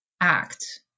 act